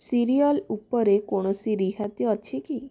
serial ଉପରେ କୌଣସି ରିହାତି ଅଛି କି